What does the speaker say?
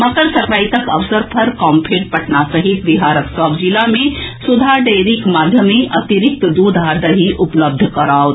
मकर संक्रांतिक अवसर पर कॉम्फेड पटना सहित बिहारक सभ जिला मे सुधा डेयरीक माध्यमे अतिरिक्त दूध आ दही उपलब्ध कराओत